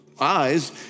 eyes